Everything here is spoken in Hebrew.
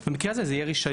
במקרה הזה זה יהיה רישיון.